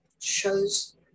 shows